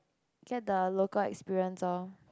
get the local experience orh